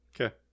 Okay